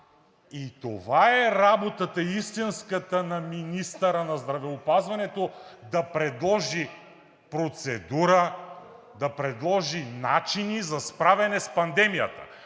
а това е истинската работа на министъра на здравеопазването – да предложи процедура, да предложи начин за справяне с пандемията.